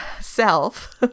self